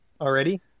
already